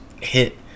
hit